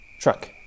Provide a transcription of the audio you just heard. truck